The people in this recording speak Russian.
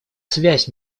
связь